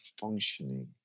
functioning